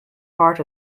part